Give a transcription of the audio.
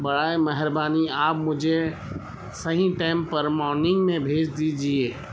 برائے مہربانی آپ مجھے صحیح ٹائم پر مارننگ میں بھیج دیجیے